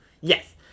Yes